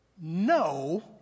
no